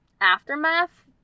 aftermath